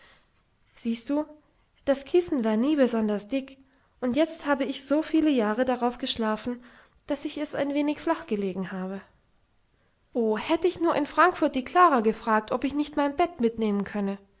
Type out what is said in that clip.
siehst du das kissen war nie besonders dick und jetzt habe ich so viele jahre darauf geschlafen daß ich es ein wenig flachgelegen habe o hätt ich nur in frankfurt die klara gefragt ob ich nicht mein bett mitnehmen könne